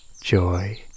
joy